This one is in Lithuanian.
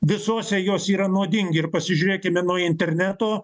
visose jos yra naudingi ir pasižiūrėkime nuo interneto